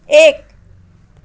एक